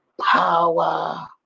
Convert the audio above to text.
power